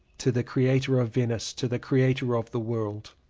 to the creator of venice, to the creator of the world.